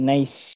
Nice